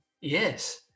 yes